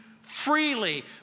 freely